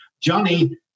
Johnny